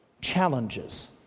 challenges